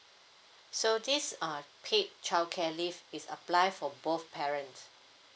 so this uh paid childcare leave is applied for both parent